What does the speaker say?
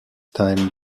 time